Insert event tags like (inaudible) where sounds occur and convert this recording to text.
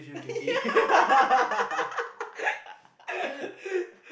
yeah (laughs)